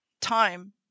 time